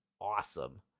awesome